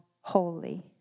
holy